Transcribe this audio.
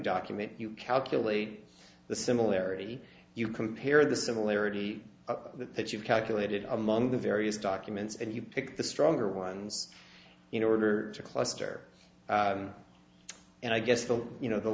document you calculate the similarity you compare the similarity of that that you've calculated among the various documents and you pick the stronger ones in order to cluster and i guess the you know the